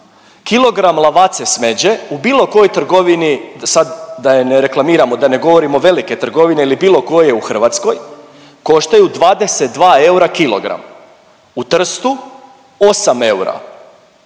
Kilogram Lavazze smeđe u bilo kojoj trgovini, da sad, da je ne reklamiramo, da ne govorimo velike trgovine ili bilo koje u Hrvatskoj, koštaju 22 eura kilogram. U Trstu 8 eura.